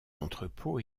entrepôts